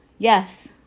Yes